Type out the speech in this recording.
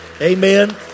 Amen